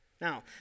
Now